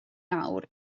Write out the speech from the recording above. nawr